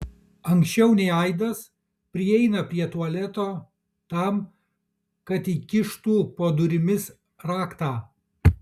anksčiau nei aidas prieina prie tualeto tam kad įkištų po durimis raktą